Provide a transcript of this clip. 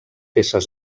peces